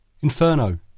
Inferno